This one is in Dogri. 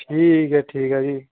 ठीक ऐ ठीक ऐ जी